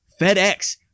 fedex